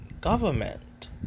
government